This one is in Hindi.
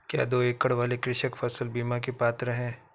क्या दो एकड़ वाले कृषक फसल बीमा के पात्र हैं?